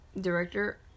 Director